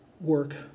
work